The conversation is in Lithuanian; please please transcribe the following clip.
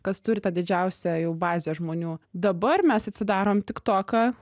kas turi tą didžiausią jau bazę žmonių dabar mes atsidarom tiktoką